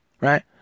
right